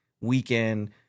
weekend